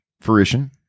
fruition